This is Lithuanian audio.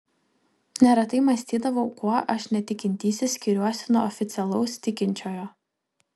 neretai mąstydavau kuo aš netikintysis skiriuosi nuo oficialaus tikinčiojo